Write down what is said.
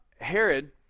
Herod